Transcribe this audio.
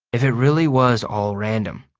if it really was all random,